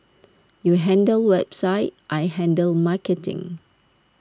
you handle website I handle marketing